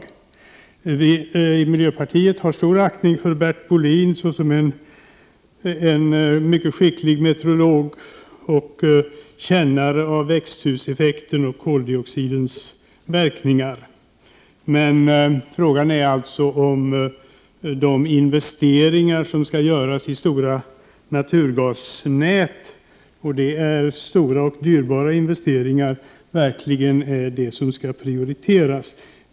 Vi i miljöpartiet har stor aktning för Bert Bolin såsom en mycket skicklig meteorolog och kännare av växthuseffekten och koldioxidens verkningar. Men frågan är alltså om investeringar i stora naturgasnät— och det är dyrbara investeringar — verkligen är det som skall prioriteras.